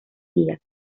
días